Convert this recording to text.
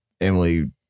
Emily